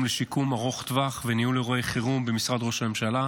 ושיקום ארוך טווח וניהול אירועי חירום במשרד ראש הממשלה,